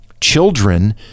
children